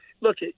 Look